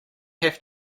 have